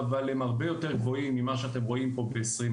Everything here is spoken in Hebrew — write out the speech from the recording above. אבל הם הרבה יותר גבוהים ממה שאתם רואים פה ב-2020.